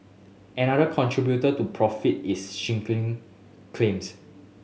another contributor to profit is shrinking claims